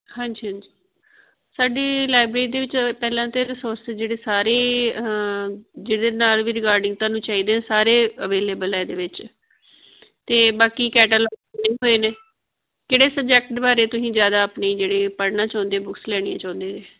ਹਾਂਜੀ ਹਾਂਜੀ ਸਾਡੀ ਲਾਈਬ੍ਰੇਰੀ ਦੇ ਵਿੱਚ ਪਹਿਲਾਂ ਤਾਂ ਰੀਸੋਰਸ ਜਿਹੜੇ ਸਾਰੇ ਜਿਹਦੇ ਨਾਲ ਵੀ ਰਿਗਾਰਡਿੰਗ ਤੁਹਾਨੂੰ ਚਾਹੀਦੇ ਸਾਰੇ ਅਵੇਲੇਬਲ ਹੈ ਇਹਦੇ ਵਿੱਚ ਅਤੇ ਬਾਕੀ ਕੈਟਾਲੋਗ ਹੋਏ ਨੇ ਕਿਹੜੇ ਸਬਜੈਕਟ ਦੇ ਬਾਰੇ ਤੁਸੀਂ ਜ਼ਿਆਦਾ ਆਪਣੀ ਜਿਹੜੇ ਪੜ੍ਹਨਾ ਚਾਹੁੰਦੇ ਬੁੱਕਸ ਲੈਣੀਆਂ ਚਾਹੁੰਦੇ ਜੇ